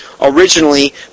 originally